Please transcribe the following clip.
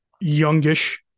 youngish